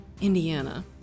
Indiana